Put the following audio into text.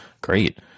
great